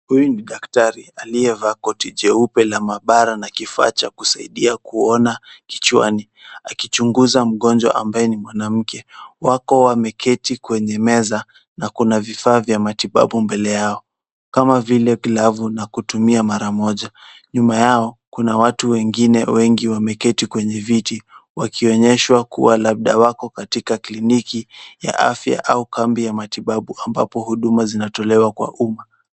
Huyu ni daktari aliyevaa koti jeupe la maabara na kifaa cha kusaidia kuona kichwani akichunguza mgonjwa ambaye ni mwanamke. Wako wameketi kwenye meza na kuna vifaa vya matibabu mbele yao kama vile glavu na kutumia mara moja. Nyuma yao kuna watu wengine wengi wameketi kwenye viti wakionyeshwa kuwa labda wako katika kliniki ya afya au kambi ya matibabu ambapo huduma zinatolewa kwa umma.